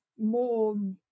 more